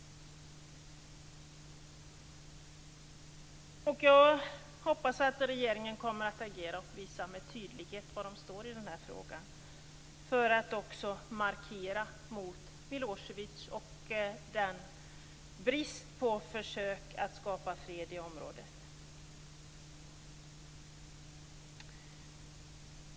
Jag hoppas att regeringen kommer att agera och med tydlighet visa var den står i den här frågan för att också markera mot Milosevic och bristen på försök att skapa fred i området.